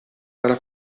dalla